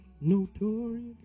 notorious